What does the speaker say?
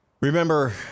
Remember